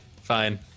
Fine